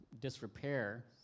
disrepair